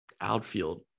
outfield